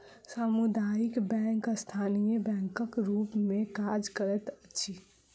सामुदायिक बैंक स्थानीय बैंकक रूप मे काज करैत अछि